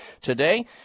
today